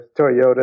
Toyota